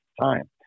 time